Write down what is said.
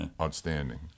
outstanding